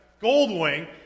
Goldwing